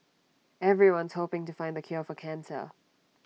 everyone's hoping to find the cure for cancer